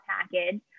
package